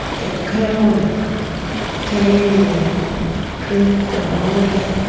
the camel came and drink the water.